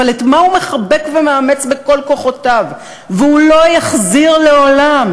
אבל את מה הוא מחבק ומאמץ בכל כוחותיו והוא לא יחזיר לעולם?